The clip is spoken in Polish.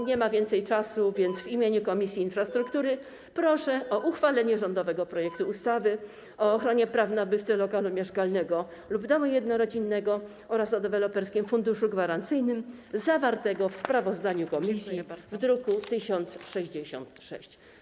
Nie ma więcej czasu, więc w imieniu Komisji Infrastruktury proszę o uchwalenie rządowego projektu ustawy o ochronie praw nabywcy lokalu mieszkalnego lub domu jednorodzinnego oraz o Deweloperskim Funduszu Gwarancyjnym zawartego w sprawozdaniu komisji z druku nr 1066.